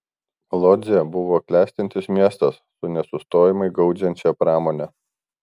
lodzė buvo klestintis miestas su nesustojamai gaudžiančia pramone